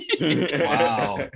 Wow